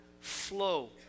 flow